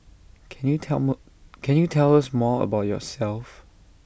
can you tell more can you tell us more about yourself